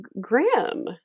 grim